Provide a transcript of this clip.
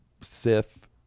Sith